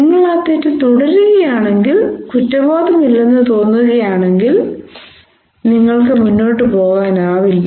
നിങ്ങൾ ആ തെറ്റ് തുടരുകയാണെങ്കിൽ കുറ്റബോധമില്ലെന്ന് തോന്നുകയാണെങ്കിൽ നിങ്ങൾക്ക് മുന്നോട്ട് പോകാനാവില്ല